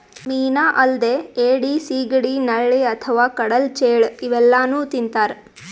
ಮೀನಾ ಅಲ್ದೆ ಏಡಿ, ಸಿಗಡಿ, ನಳ್ಳಿ ಅಥವಾ ಕಡಲ್ ಚೇಳ್ ಇವೆಲ್ಲಾನೂ ತಿಂತಾರ್